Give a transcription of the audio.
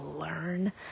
learn